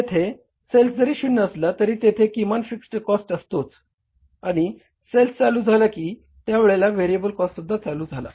तेथे सेल्स जरी 0 असला तरी तेथे किमान फिक्स्ड कॉस्ट असतो आणि सेल्स चालू झाला की त्या वेळेला व्हेरिएबल कॉस्टसुद्धा चालू झाला